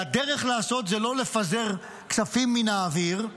והדרך לעשות זה לא לפזר כספים מן האוויר,